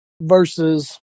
versus